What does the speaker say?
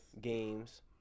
Games